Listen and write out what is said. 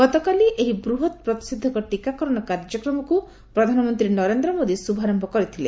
ଗତକାଲି ଏହି ବୃହତ ପ୍ରତିଷେଧକ ଟିକାକରଣ କାର୍ଯ୍ୟକ୍ମକୁ ପ୍ରଧାନମନ୍ତ୍ରୀ ନରେନ୍ଦ୍ର ମୋଦୀ ଶୁଭାରମ୍ଭ କରିଥିଲେ